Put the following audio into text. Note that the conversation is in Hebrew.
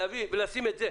להביא ולשים את זה.